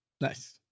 Nice